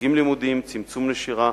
הישגים לימודיים, צמצום נשירה,